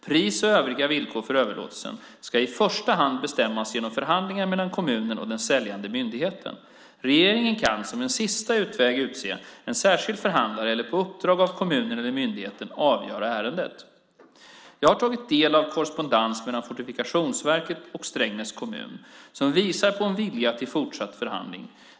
Pris och övriga villkor för överlåtelsen ska i första hand bestämmas genom förhandlingar mellan kommunen och den säljande myndigheten. Regeringen kan som en sista utväg utse en särskild förhandlare eller, på uppdrag av kommunen eller myndigheten, avgöra ärendet. Jag har tagit del av korrespondens mellan Fortifikationsverket och Strängnäs kommun som visar på en vilja till fortsatt förhandling.